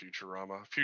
futurama